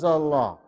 Allah